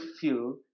feel